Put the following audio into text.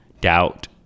doubt